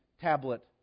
tablet